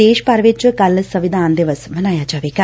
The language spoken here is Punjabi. ਦੇਸ਼ ਭਰ ਵਿਚ ਕੱਲੂ ਸੰਵਿਧਾਨ ਦਿਵਸ ਮਨਾਇਆ ਜਾਵੇਗਾ